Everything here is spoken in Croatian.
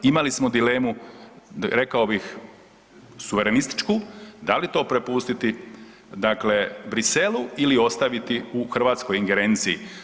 Imali smo dilemu, rekao bih, suverenističku, da li to prepustili dakle Bruxellesu ili ostaviti u hrvatskoj ingerenciji.